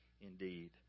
indeed